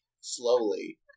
slowly